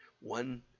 One